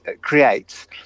creates